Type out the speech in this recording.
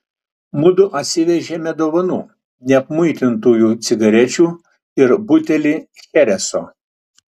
mudu atvežėme dovanų neapmuitintųjų cigarečių ir butelį chereso